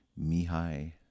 Mihai